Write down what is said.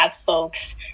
folks